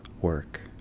work